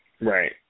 Right